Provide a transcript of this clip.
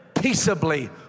peaceably